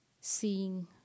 seeing